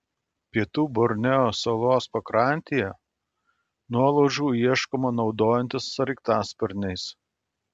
pietų borneo salos pakrantėje nuolaužų ieškoma naudojantis sraigtasparniais